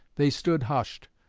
they stood hushed,